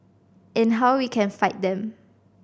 and how we can fight them